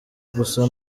gusa